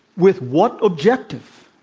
with what objective?